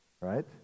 Right